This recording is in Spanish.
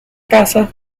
casas